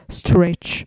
stretch